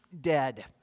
dead